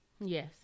Yes